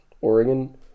Oregon